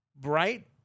bright